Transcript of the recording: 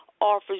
offers